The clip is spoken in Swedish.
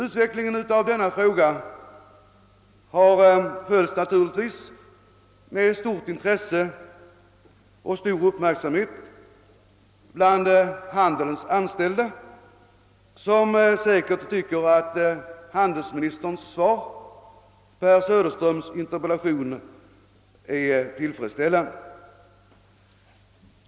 Utvecklingen av denna fråga har naturligtvis följts med stort intresse och stor uppmärksamhet bland handelns anställda, som säkert tycker att handelsministerns svar på herr Söderströms interpellation är tillfredsställande.